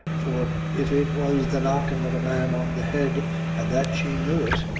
for if it was the knockin' of a man on the head and that she knew it,